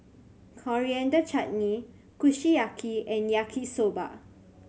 Coriander Chutney Kushiyaki and Yaki Soba